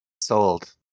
Sold